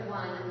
one